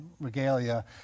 regalia